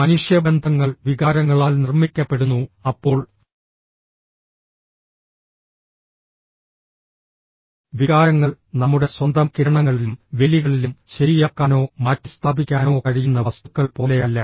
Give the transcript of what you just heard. മനുഷ്യബന്ധങ്ങൾ വികാരങ്ങളാൽ നിർമ്മിക്കപ്പെടുന്നു അപ്പോൾ വികാരങ്ങൾ നമ്മുടെ സ്വന്തം കിരണങ്ങളിലും വേലികളിലും ശരിയാക്കാനോ മാറ്റിസ്ഥാപിക്കാനോ കഴിയുന്ന വസ്തുക്കൾ പോലെയല്ല